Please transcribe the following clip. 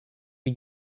wie